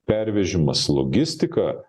pervežimas logistika